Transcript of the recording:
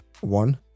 one